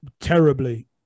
terribly